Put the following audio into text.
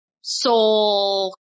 soul